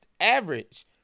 average